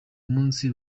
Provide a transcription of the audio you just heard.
munsi